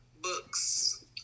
Books